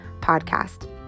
Podcast